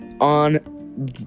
on